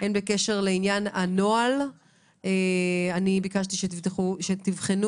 בקשר לעניין הנוהל של מורשה הנגישות ביקשתי שתבחנו